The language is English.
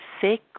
sick